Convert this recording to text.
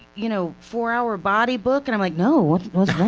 you know four hour body book, and i'm like no, what's